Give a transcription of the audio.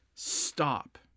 stop